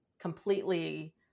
completely